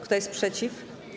Kto jest przeciw?